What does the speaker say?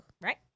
Right